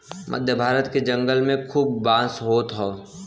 मध्य भारत के जंगल में खूब बांस होत हौ